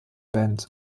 band